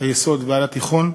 היסוד ועד התיכון.